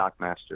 DocMaster